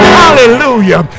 hallelujah